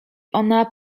ona